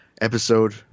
episode